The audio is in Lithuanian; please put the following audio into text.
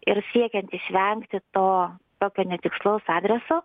ir siekiant išvengti to tokio netikslaus adreso